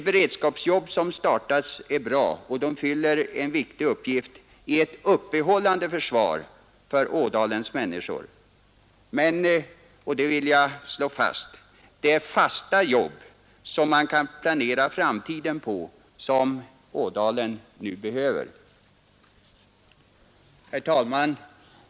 De beredskapsarbeten som startats är bra och fyller en viktig uppgift i ett uppehållande försvar för ådalens människor men — och det vill jag slå fast — vad ådalen nu behöver är fasta jobb som man kan planera framtiden på. Herr talman!